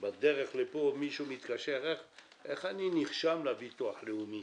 בדרך לפה מישהו מתקשר ושואל: איך אני נרשם לביטוח הלאומי?